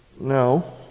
No